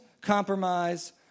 compromise